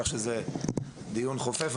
כך שזה דיון חופף,